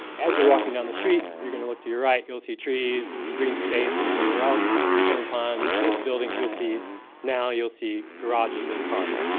as you're walking down the street, you're going to look to your right, you'll see trees, green space and everywhere else. when you come upon this building, you'll see now you'll see garages and cars.